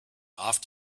off